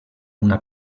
una